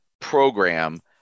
program